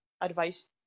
advice